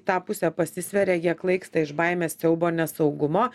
tą pusę pasveria jie klaista iš baimės siaubo nesaugumo